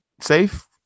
safe